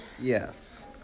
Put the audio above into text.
Yes